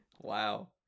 Wow